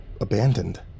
abandoned